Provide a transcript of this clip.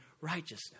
righteousness